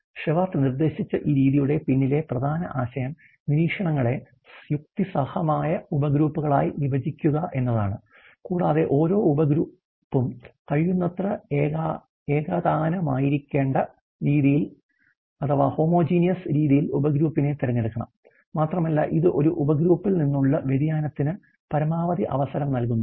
Shewhart നിർദ്ദേശിച്ച ഈ രീതിയുടെ പിന്നിലെ പ്രധാന ആശയം നിരീക്ഷണങ്ങളെ യുക്തിസഹമായ ഉപഗ്രൂപ്പുകളായി വിഭജിക്കുക എന്നതാണ് കൂടാതെ ഓരോ ഉപഗ്രൂപ്പും കഴിയുന്നത്ര ഏകതാനമായിരിക്കേണ്ട രീതിയിൽ ഉപഗ്രൂപ്പിനെ തിരഞ്ഞെടുക്കണം മാത്രമല്ല ഇത് ഒരു ഉപഗ്രൂപ്പിൽ നിന്നുള്ള വ്യതിയാനത്തിന് പരമാവധി അവസരം നൽകുന്നു